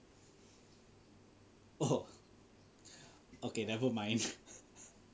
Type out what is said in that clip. oh okay nevermind